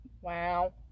wow